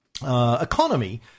economy